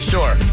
Sure